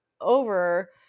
over